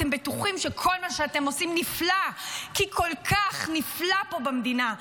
אתם בטוחים שכל מה שאתם עושים נפלא כי כל כך נפלא פה במדינה.